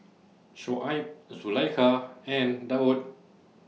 Shoaib Zulaikha and Daud